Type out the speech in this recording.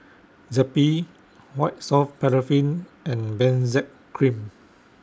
Zappy White Soft Paraffin and Benzac Cream